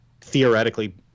theoretically